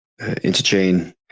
interchain